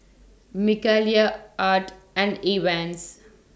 Mikaela Art and Evans